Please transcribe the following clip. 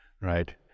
right